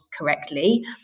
correctly